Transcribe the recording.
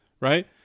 Right